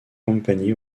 company